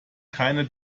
keine